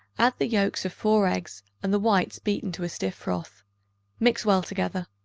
add the yolks of four eggs and the whites beaten to a stiff froth mix well together.